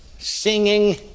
singing